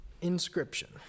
inscription